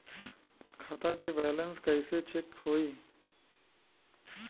खता के बैलेंस कइसे चेक होई?